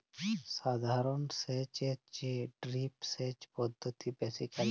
সাধারণ সেচ এর চেয়ে ড্রিপ সেচ পদ্ধতি বেশি কার্যকর